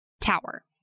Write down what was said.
tower